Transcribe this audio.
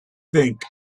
think